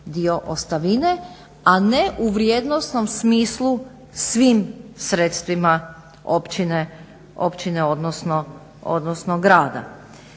dio ostavine a ne u vrijednosnom smislu svim sredstvima općine odnosno grada.